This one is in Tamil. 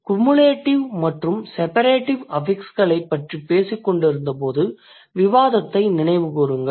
குமுலேடிவ் மற்றும் செபரேடிவ் அஃபிக்ஸ்களைப் பற்றி பேசிக்கொண்டிருந்தபோது விவாதித்ததை நினைவு கூறுங்கள்